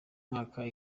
mwaka